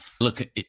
Look